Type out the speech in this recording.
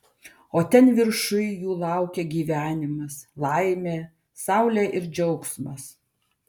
o ten viršuj jų laukia gyvenimas laimė saulė ir džiaugsmas